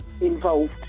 involved